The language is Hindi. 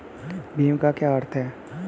भीम का क्या अर्थ है?